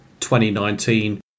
2019